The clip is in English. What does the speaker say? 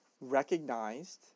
recognized